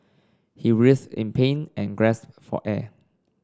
he writhed in pain and gasped for air